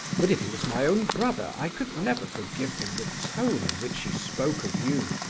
but if he was my own brother, i could never forgive him the tone in which he spoke of you,